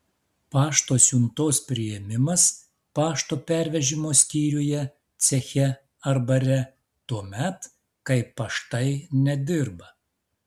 pašto siuntos priėmimas pašto pervežimo skyriuje ceche ar bare tuomet kai paštai nedirba